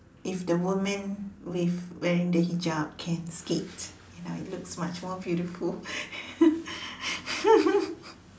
if the woman with wearing the hijab can skate you know it looks much more beautiful